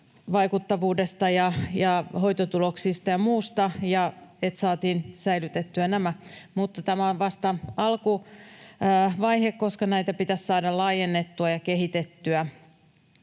vaikuttavuudesta ja hoitotuloksista ja muusta, että saatiin säilytettyä nämä. Mutta tämä on vasta alkuvaihe, koska näitä pitäisi saada laajennettua ja kehitettyä.